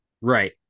Right